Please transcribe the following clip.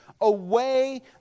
away